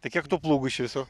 tai kiek tų plūgų iš viso